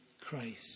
christ